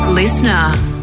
Listener